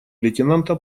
лейтенанта